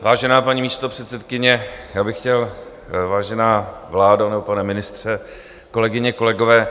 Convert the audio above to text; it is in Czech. Vážená paní místopředsedkyně, já bych chtěl, vážená vládo nebo pane ministře, kolegyně, kolegové.